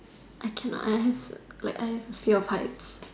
I cannot I have like I have a fear of heights